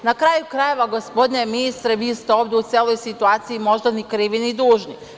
Na kraju krajeva, gospodine ministre, vi ste ovde u celoj situaciji možda ni krivi ni dužni.